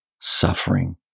suffering